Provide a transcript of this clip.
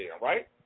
right